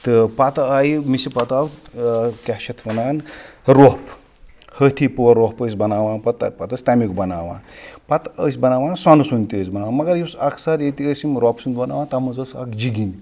تہٕ پَتہٕ آیہِ مِسِہ پَتہٕ آو کیٛاہ چھِ اَتھ وَنان رۄپھ ہٲتھی پوٗر رۄپھ ٲسۍ بَناوان پَتہٕ پَتہٕ ٲسۍ تَمیُک بَناوان پَتہٕ ٲسۍ بَناوان سۄنہٕ سُنٛد تہِ ٲسۍ بَناوان مگر یُس اَکثَر ییٚتہِ ٲسۍ یِم رۄپُہ سُنٛد بَناوان تَتھ منٛز ٲس اَکھ جِگِنۍ